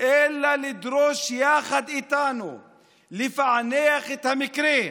אלא לדרוש יחד איתנו לפענח את המקרה.